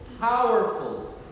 powerful